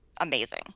amazing